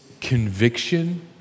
conviction